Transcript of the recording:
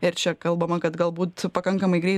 ir čia kalbama kad galbūt pakankamai grei